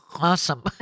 awesome